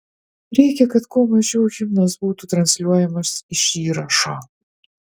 reikia kad kuo mažiau himnas būtų transliuojamas iš įrašo